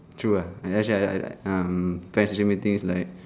true ah and actually I I um parent teacher meeting is like